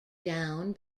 down